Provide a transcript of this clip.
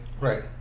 Right